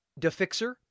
Defixer